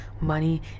money